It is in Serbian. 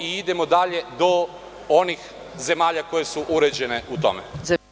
i idemo dalje do onih zemalja koje su uređene u tome.